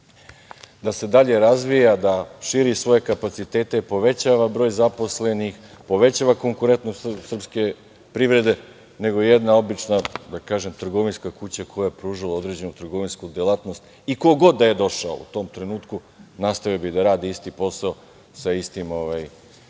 da se dalje razvija, da širi svoje kapacitete, povećava broj zaposlenih, povećava konkurentnost srpske privrede, nego jedna obična, da kažem, trgovinska kuća koja je pružala određenu trgovinsku delatnost. Ko god da je došao u tom trenutku, nastavio bi da radi isti posao sa istim obrtom,